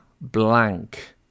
blank